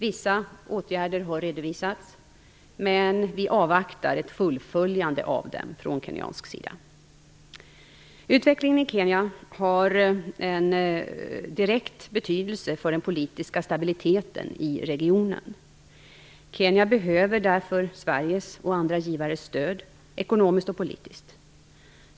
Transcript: Vissa åtgärder har redovisats, men vi avvaktar ett fullföljande av dem från kenyansk sida. Utvecklingen i Kenya har en direkt betydelse för den politiska stabiliteten i regionen. Kenya behöver därför Sveriges och andra givares stöd, ekonomiskt och politiskt.